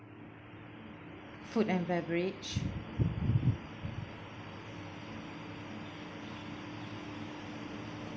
food and beverage